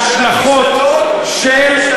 הליכוד, יחד